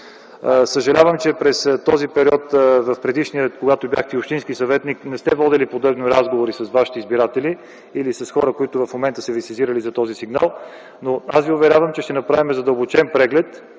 Съжалявам, че през този период, а и в предишния, когато бяхте общински съветник, не сте водили подобни разговори с Вашите избиратели или с хора, които в момента са Ви сезирали за този сигнал, но аз Ви уверявам, че ще направим задълбочен преглед,